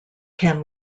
can